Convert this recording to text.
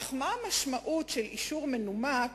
אך מה המשמעות של אישור מנומק